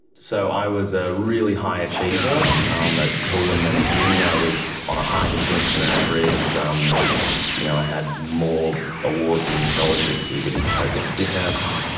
so i was a really high achiever um at school and then at uni, i was on a high distinction average, um you know i had more awards and scholarships than you could poke a stick at.